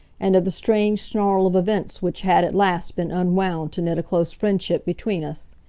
and of the strange snarl of events which had at last been unwound to knit a close friendship between us.